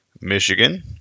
Michigan